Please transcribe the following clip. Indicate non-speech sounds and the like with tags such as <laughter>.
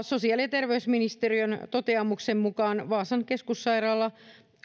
<unintelligible> sosiaali ja terveysministeriön toteamuksen mukaan vaasan keskussairaala